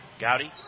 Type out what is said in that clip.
Gowdy